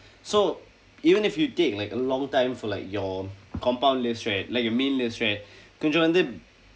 so even if you take like a long time for like your compound lifts right like your main lifts right கொஞ்சம் வந்து:konjsam vandthu